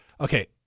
Okay